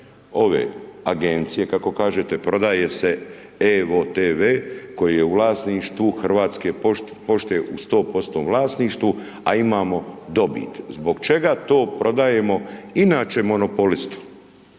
ove Agencije, kako kažete, prodaje se evo-tv koji je u vlasništvu Hrvatske pošte u 100% vlasništvu, a imamo dobit. Zbog čega to prodajemo inače monopolistu?